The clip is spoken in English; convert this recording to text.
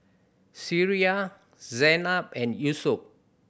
Syirah Zaynab and Yusuf